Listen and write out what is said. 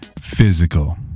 physical